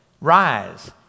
rise